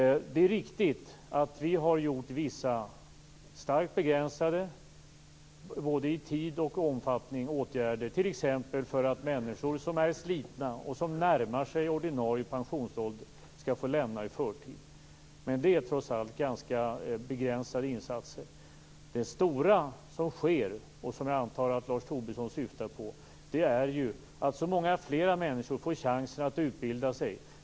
Det är riktigt att vi har vidtagit vissa starkt begränsade åtgärder, både i tid och omfattning, t.ex. för att människor som är slitna och som närmar sig ordinarie pensionsålder skall få lämna i förtid. Men det är trots allt ganska begränsade insatser. Det stora som sker, och som jag antar att Lars Tobisson syftar på, är ju att så många fler människor får chansen att utbilda sig.